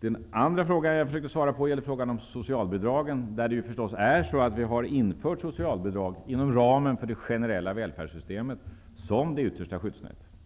Den andra fråga som jag vill besvara gäller socialbidragen. Det är förstås så att vi infört socialbidragen inom ramen för det generella välfärdssystemet som det yttersta skyddsnätet.